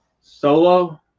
solo